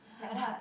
like what